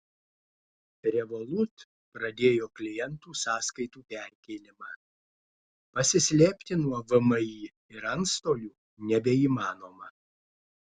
revolut pradėjo klientų sąskaitų perkėlimą pasislėpti nuo vmi ir antstolių nebeįmanoma